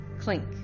clink